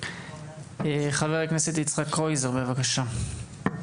חבר הכנסת יצחק קרויזר, בבקשה.